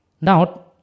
Now